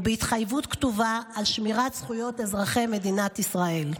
ובהתחייבות כתובה על שמירת זכויות אזרחי מדינת ישראל.